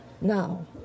now